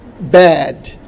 bad